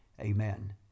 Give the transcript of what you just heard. Amen